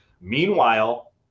Meanwhile